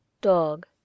DOG